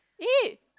eight